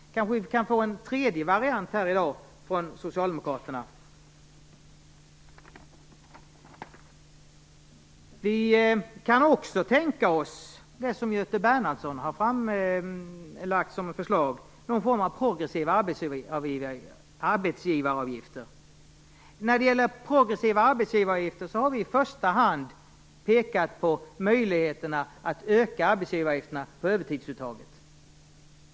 Vi kan kanske få en tredje variant från Socialdemokraterna i dag. Vi kan också tänka oss det förslag som Göte Bernhardsson har framlagt - någon form av progressiva arbetsgivaravgifter. När det gäller progressiva arbetsgivaravgifter har vi i första hand pekat på möjligheterna att öka arbetsgivaravgifterna på övertidsuttaget.